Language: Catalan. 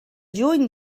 juny